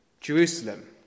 Jerusalem